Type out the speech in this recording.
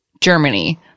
germany